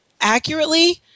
accurately